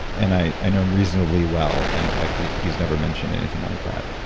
and i i know him reasonably well, and like he's never mentioned anything like that.